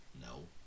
no